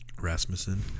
Rasmussen